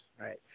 right